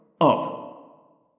up